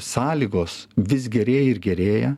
sąlygos vis gerėja ir gerėja